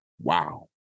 wow